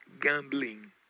gambling